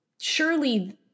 surely